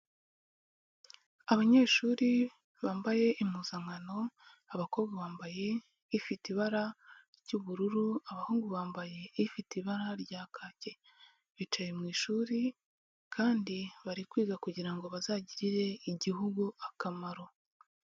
Abanyeshuri bambaye impuzankano abakobwa bambaye ifite ibara ry'ubururu, abahungu bambaye ifite ibara rya kake, bicaye mu ishuri kandi bari kwiga kugira ngo bazagirire Igihugu akamaro.